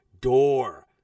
door